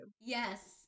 yes